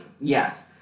Yes